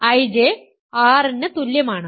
IJ R ന് തുല്യമാണ്